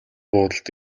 буудалд